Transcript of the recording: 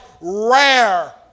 rare